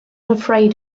afraid